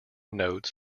notes